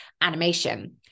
animation